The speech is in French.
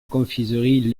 confiserie